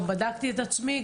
גם בדקתי את עצמי.